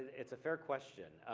it's a fair question.